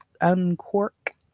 uncork